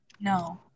No